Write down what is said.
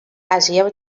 àsia